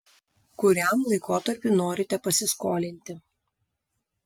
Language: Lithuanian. kuriam laikotarpiui norite pasiskolinti